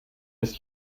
ist